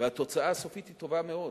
והתוצאה הסופית היא טובה מאוד.